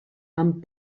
amb